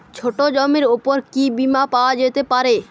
ছোট জমির উপর কি বীমা পাওয়া যেতে পারে?